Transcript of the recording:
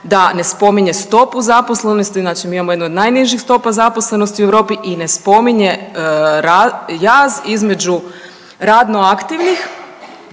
da ne spominje stopu zaposlenosti. Znači mi imamo jednu od najnižih stopa zaposlenosti u Europi i ne spominje jaz između radno aktivnih